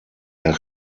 der